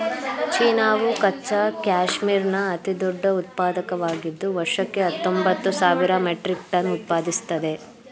ಚೀನಾವು ಕಚ್ಚಾ ಕ್ಯಾಶ್ಮೀರ್ನ ಅತಿದೊಡ್ಡ ಉತ್ಪಾದಕವಾಗಿದ್ದು ವರ್ಷಕ್ಕೆ ಹತ್ತೊಂಬತ್ತು ಸಾವಿರ ಮೆಟ್ರಿಕ್ ಟನ್ ಉತ್ಪಾದಿಸ್ತದೆ